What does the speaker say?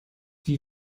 wie